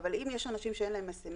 אבל אם יש אנשים שאין להם SMS,